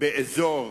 באזור